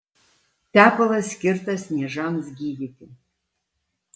tepalas skirtas niežams gydyti